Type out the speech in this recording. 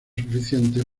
suficientes